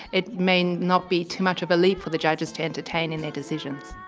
it may not be too much of a leap for the judges to entertain in their decisions.